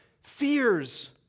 fears